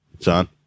John